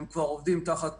כבר עובדים תחת